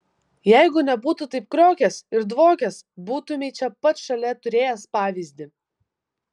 jeigu nebūtų taip kriokęs ir dvokęs būtumei čia pat šalia turėjęs pavyzdį